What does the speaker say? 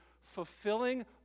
fulfilling